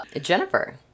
Jennifer